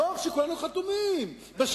דוח שכולנו חתומים עליו,